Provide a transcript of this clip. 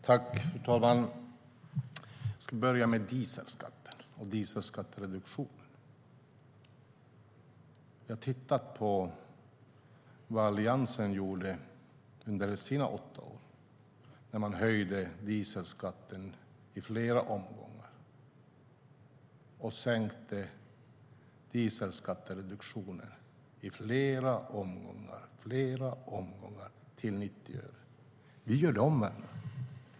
Fru talman! Jag ska börja med att tala om dieselskatten och dieselskattreduktionen. Jag har tittat på vad Alliansen gjorde under sina åtta år. De höjde dieselskatten i flera omgångar och sänkte dieselskattreduktionen i flera omgångar, till 90 öre. Vi gör det omvända.